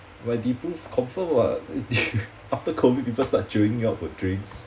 might deprove confirm [what] after COVID people start jioing me out for drinks